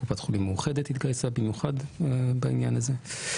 קופת חולים מאוחדת התגייסה במיוחד בעניין הזה.